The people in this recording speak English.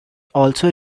also